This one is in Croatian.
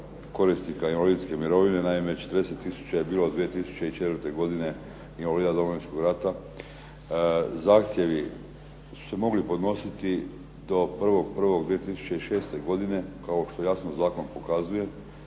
korisnika invalidske mirovine. Naime, 40 tisuća je bilo 2004. godine invalida Domovinskog rata. Zahtjevi su se mogli podnositi do 1.1.2006. godine kao što jasno zakon pokazuje.